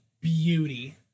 beauty